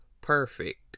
perfect